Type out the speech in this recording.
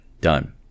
done